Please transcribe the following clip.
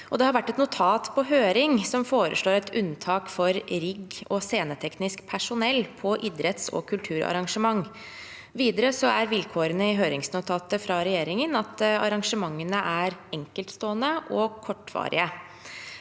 det har vært et notat på høring som foreslår et unntak for rigg- og sceneteknisk personell på idretts- og kulturarrangementer. Videre er vilkårene i høringsnotatet fra regjeringen at arrangementene er enkeltstående og kortvarige.